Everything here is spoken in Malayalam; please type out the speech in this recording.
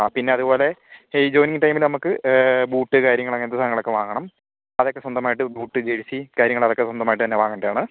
ആ പിന്നതുപോലെ ഈ ജോയിനിങ്ങ് ടൈമില് നമക്ക് ബൂട്ട് കാര്യങ്ങള് അങ്ങനത്തെ സാധനങ്ങളൊക്കെ വാങ്ങണം അതൊക്കെ സ്വന്തമായിട്ട് ബൂട്ട് ജേഴ്സി കാര്യങ്ങള് അതൊക്കെ സ്വന്തമായിട്ട് തന്നെ വാങ്ങണ്ടതാണ്